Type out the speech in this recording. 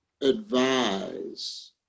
advise